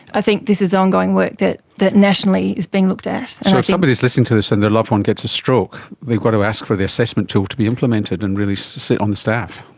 i think this is ongoing work that that nationally is being looked at. so if somebody is listening to this and their loved one gets a stroke, they've got to ask for the assessment tool to be implemented and really sit on the staff.